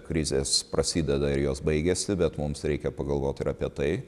krizės prasideda ir jos baigiasi bet mums reikia pagalvot ir apie tai